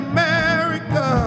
America